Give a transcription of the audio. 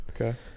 Okay